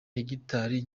hegitari